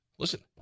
Listen